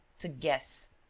to guess.